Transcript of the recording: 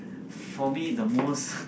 for me the most